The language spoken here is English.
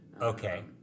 Okay